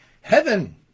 Heaven